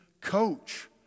coach